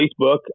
Facebook